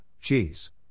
cheese